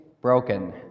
broken